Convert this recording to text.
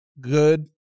Good